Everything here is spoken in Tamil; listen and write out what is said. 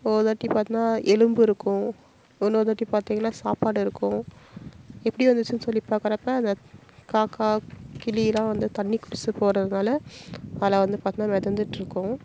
ஒருதாட்டி பார்த்தின்னா எலும்பு இருக்கும் இன்னொருதாட்டி பார்த்திங்கன்னா சாப்பாடு இருக்கும் எப்படி வந்துச்சுன்னு சொல்லி பார்க்கறப்ப அந்த காக்கை கிளியெலாம் வந்து தண்ணி குடிச்சு போவதுனால பல வந்து பார்த்தின்னா மிதந்துட்ருக்கும்